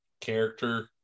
character